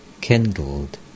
kindled